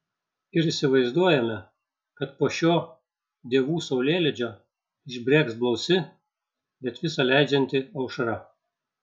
ir įsivaizduojame kad po šio dievų saulėlydžio išbrėkš blausi bet visa leidžianti aušra